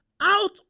out